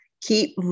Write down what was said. keep